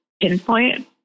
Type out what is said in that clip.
pinpoint